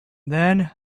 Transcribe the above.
then